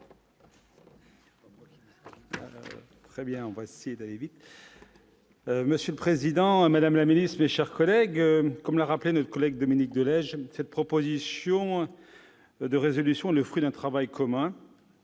Monsieur le président, madame la ministre, mes chers collègues, comme l'a rappelé notre collègue Dominique de Legge, cette proposition de résolution est le fruit d'un travail commun.